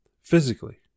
physically